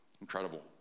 Incredible